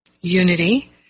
Unity